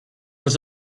was